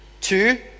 Two